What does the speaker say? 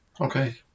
Okay